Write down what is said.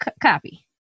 copy